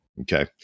Okay